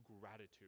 gratitude